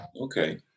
okay